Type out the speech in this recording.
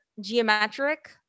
geometric